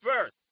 first